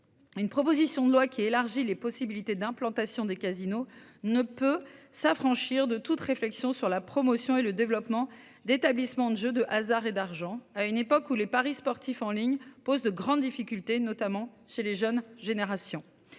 Une proposition de loi qui élargit les possibilités d'implantation des casinos ne peut s'affranchir de toute réflexion sur la promotion et le développement d'établissements de jeux de hasard et d'argent à une époque où les paris sportifs en ligne pose de grandes difficultés, notamment chez les jeunes générations